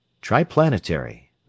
Triplanetary